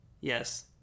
Yes